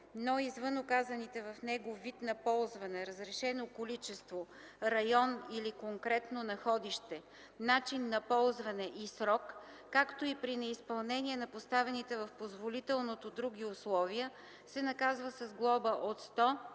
но извън указаните в него вид на ползване, разрешено количество, район или конкретно находище, начин на ползване и срок, както и при неизпълнение на поставените в позволителното други условия, се наказва с глоба от 100